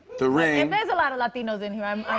the ring. and there's a lot of latinos in here, i'm